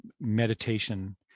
meditation